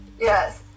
yes